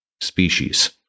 species